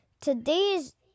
Today's